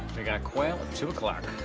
we got a quail at two o'clock.